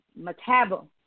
metabol